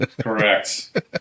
Correct